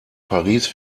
paris